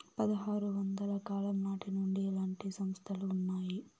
పదహారు వందల కాలం నాటి నుండి ఇలాంటి సంస్థలు ఉన్నాయి